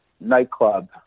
nightclub